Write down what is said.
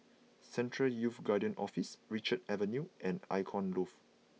Central Youth Guidance Office Richards Avenue and Icon Loft